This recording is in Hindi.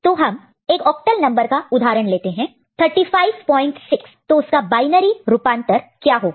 तो हम 1 ऑक्टल नंबर का उदाहरण लेते हैं 356 तो उसका बायनरी इक्विवेलेंट क्या होगा